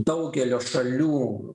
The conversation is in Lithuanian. daugelio šalių